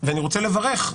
ואני רוצה לברך.